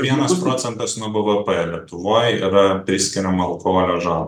vienas procentas nuo bvp lietuvoj yra priskiriama alkoholio žalą